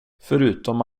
förutom